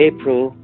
April